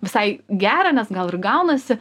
visai gera nes gal ir gaunasi